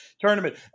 tournament